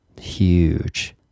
huge